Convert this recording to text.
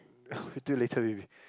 I will do later maybe